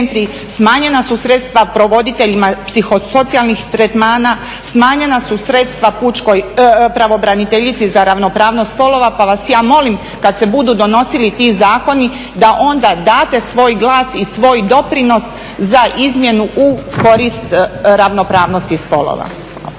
smanjena su sredstva provoditeljima psihosocijalnih tretmana, smanjena su sredstva pravobraniteljici za ravnopravnost spolova. Pa vas ja molim kad se budu donosili ti zakoni da onda date svoj glas i svoj doprinos za izmjenu u korist ravnopravnosti spolova.